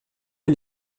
est